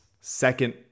second